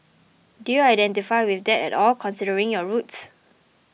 do you identify with that at all considering your roots